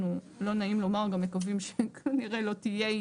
אנחנו, לא נעים לומר, גם מקווים שלא יהיה.